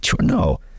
no